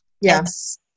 Yes